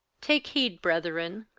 take heed, brethren,